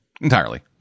Entirely